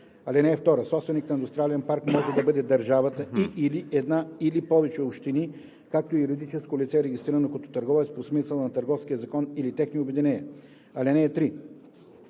парка. (2) Собственик на индустриален парк може да бъде държавата и/или една или повече общини, както и юридическо лице, регистрирано като търговец по смисъла на Търговския закон или техни обединения. (3)